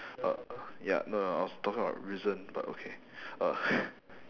uh ya no no no I was talking about risen but okay uh